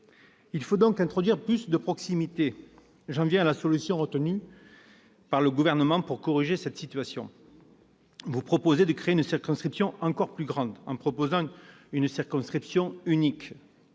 Il faut donc introduire plus de proximité. J'en viens à la solution retenue par le Gouvernement pour corriger cette situation : il propose de créer une circonscription encore plus grande, une circonscription unique.